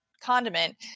condiment